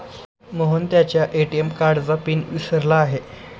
मोहन त्याच्या ए.टी.एम कार्डचा पिन विसरला आहे